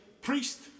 priest